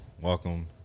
Welcome